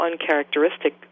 uncharacteristic